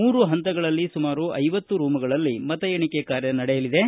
ಮೂರು ಹಂತಗಳಲ್ಲಿ ಸುಮಾರು ಐವತ್ತು ರೂಂಗಳಲ್ಲಿ ಮತ ಎಣಿಕೆ ಕಾರ್ಯ ನಡೆಯಲಿದ್ದು